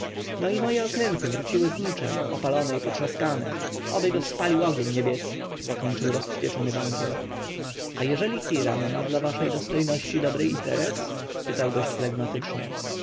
no i moje okręty wróciły z niczem opalone i potrzaskane oby go spalił ogień niebieski zakończył rozwścieczony bankier a jeżeli hiram ma dla waszej dostojności dobry interes spytał gość flegmatycznie